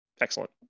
excellent